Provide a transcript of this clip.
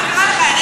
מה קרה לך,